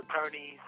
attorneys